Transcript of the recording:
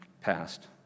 passed